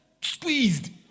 squeezed